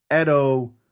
Edo